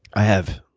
i have.